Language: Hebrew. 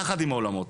יחד עם אולמות.